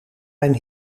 mijn